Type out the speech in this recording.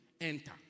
enter